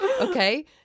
Okay